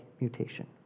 mutation